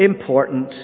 important